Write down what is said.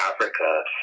Africa